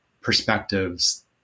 perspective's